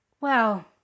Well